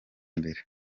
imbere